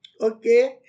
Okay